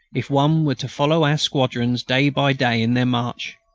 if one were to follow our squadrons day by day in their march!